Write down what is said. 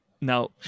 Now